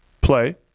play